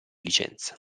licenza